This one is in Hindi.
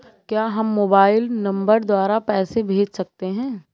क्या हम मोबाइल नंबर द्वारा पैसे भेज सकते हैं?